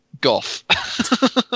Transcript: goth